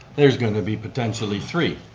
there's going to be potentially three.